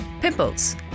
Pimples